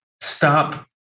stop